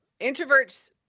introverts